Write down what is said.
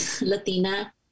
Latina